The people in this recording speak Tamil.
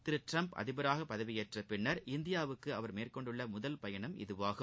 திரு ட்டிரம்ப் அதிபராக பதவியேற்ற பின் இந்தியாவுக்கு அவர் மேற்கொண்டுள்ள முதல் பயணம் இதுவாகும்